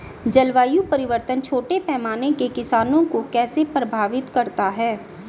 जलवायु परिवर्तन छोटे पैमाने के किसानों को कैसे प्रभावित करता है?